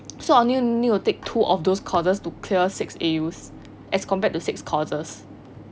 so I only need to take two of those courses to clear six A_U as compared to six courses